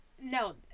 no